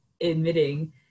admitting